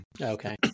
Okay